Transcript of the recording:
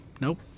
Nope